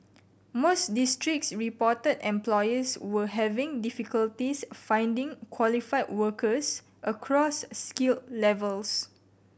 most districts reported employers were having difficulties finding qualified workers across skill levels